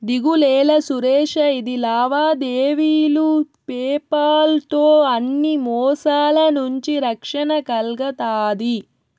దిగులేలా సురేషా, ఇది లావాదేవీలు పేపాల్ తో అన్ని మోసాల నుంచి రక్షణ కల్గతాది